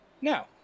Now